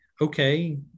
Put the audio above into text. okay